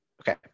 Okay